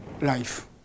life